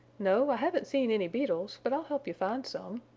no, i haven't seen any beetles, but i'll help you find some,